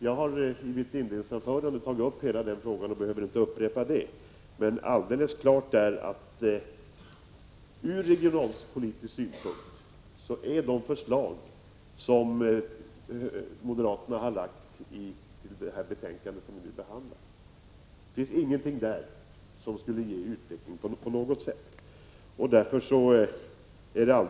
Jag har i mitt inledningsanförande tagit upp den frågan och 22 maj 1986 behöver inte upprepa vad jag där sade. Men alldeles klart är att i de förslag som moderaterna framlagt till det betänkande vi nu behandlar finns ingenting som skulle åstadkomma regionalpolitisk utveckling.